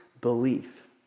belief